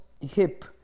hip